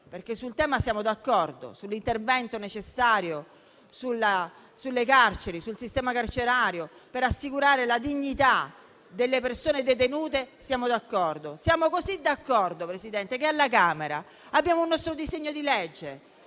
perché sul tema siamo d'accordo; sul fatto che sia necessario l'intervento sul sistema carcerario per assicurare la dignità delle persone detenute siamo d'accordo. Siamo così d'accordo, signor Presidente, che alla Camera abbiamo un nostro disegno di legge